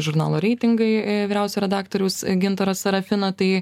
žurnalo reitingai vyriausio redaktoriaus gintaro serafino tai